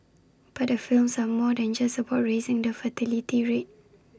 but the films are more than just about raising the fertility rate